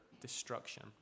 destruction